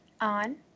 on